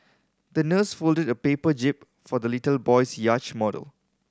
the nurse folded a paper jib for the little boy's yacht model